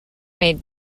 made